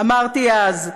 אמרתי אז,